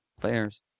players